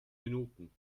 minuten